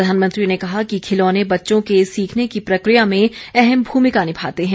प्रधानमंत्री ने कहा कि खिलौने बच्चों के सीखने की प्रक्रिया में अहम भूमिका निभाते हैं